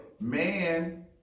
man